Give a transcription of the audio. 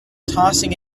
tossing